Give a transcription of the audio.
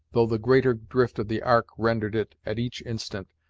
though the greater drift of the ark rendered it, at each instant,